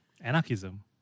Anarchism